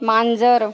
मांजर